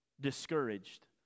discouraged